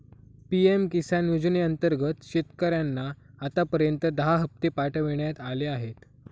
PM Kisan योजनेअंतर्गत शेतकऱ्यांना आतापर्यंत दहा हप्ते पाठवण्यात आले आहेत